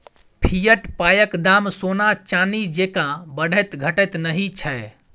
fiat पायक दाम सोना चानी जेंका बढ़ैत घटैत नहि छै